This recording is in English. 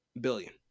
billion